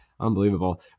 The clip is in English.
Unbelievable